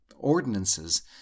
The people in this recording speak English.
Ordinances